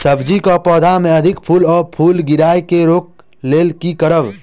सब्जी कऽ पौधा मे अधिक फूल आ फूल गिरय केँ रोकय कऽ लेल की करब?